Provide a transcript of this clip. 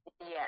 Yes